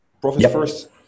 profit-first